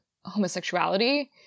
homosexuality